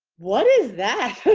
what is that?